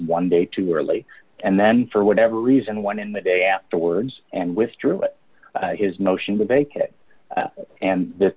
one day too early and then for whatever reason one in the day afterwards and withdrew it his motion to bake it and the